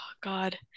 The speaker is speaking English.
God